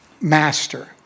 Master